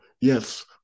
Yes